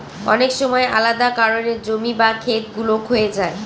অনেক সময় আলাদা কারনে জমি বা খেত গুলো ক্ষয়ে যায়